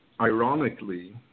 ironically